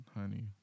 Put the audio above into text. honey